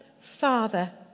Father